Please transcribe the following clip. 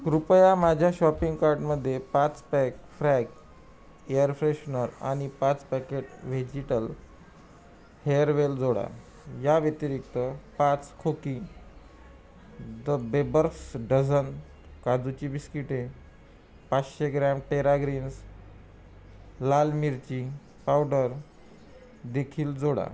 कृपया माझ्या शॉपिंग कार्टमध्ये पाच पॅक फ्रॅक एअरफ्रेशनर आणि पाच पॅकेट व्हेजिटल हेअरवेल जोडा याव्यतिरिक्त पाच खोकी द बेबर्स डझन काजूची बिस्किटे पाचशे ग्रॅम टेरा ग्रीन्स लाल मिरची पावडरदेखील जोडा